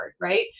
right